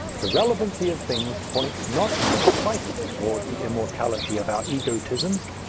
the relevancy of things points not in the slightest towards the immortality of our egotisms,